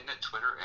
Twitter